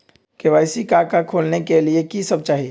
KYC का का खोलने के लिए कि सब चाहिए?